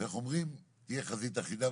תהיה חזית אחידה.